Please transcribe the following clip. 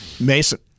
Mason